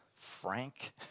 Frank